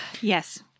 Yes